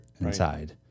inside